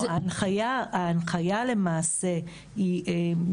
לא, ההנחיה למעשה היא בערך שנתיים.